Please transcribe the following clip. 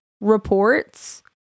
reports